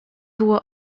było